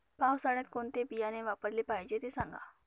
पावसाळ्यात कोणते बियाणे वापरले पाहिजे ते सांगा